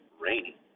rainy